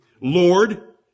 Lord